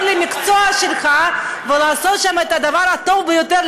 למקצוע שלך ולעשות שם את הדבר הטוב ביותר,